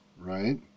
right